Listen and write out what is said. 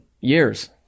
years